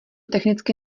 technicky